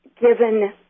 given